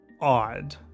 odd